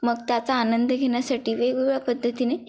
मग त्याचा आनंद घेण्यासाठी वेगवेगळ्या पद्धतीने